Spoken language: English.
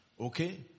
okay